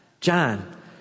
John